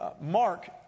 Mark